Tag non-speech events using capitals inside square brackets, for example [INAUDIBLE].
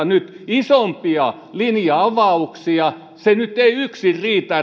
[UNINTELLIGIBLE] nyt isompia linja avauksia se nyt ei yksin riitä [UNINTELLIGIBLE]